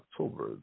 October